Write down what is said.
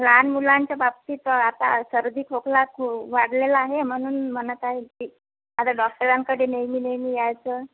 लहान मुलांच्या बाबतीत आता सर्दी खोकला खूप वाढलेला आहे म्हणून म्हणत आहे की आता डॉक्टरांकडे नेहमी नेहमी यायचं